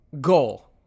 goal